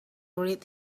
read